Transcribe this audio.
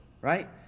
right